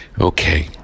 Okay